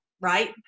right